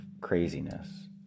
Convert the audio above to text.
craziness